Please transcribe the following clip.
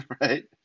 right